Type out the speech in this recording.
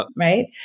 right